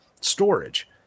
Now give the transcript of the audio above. storage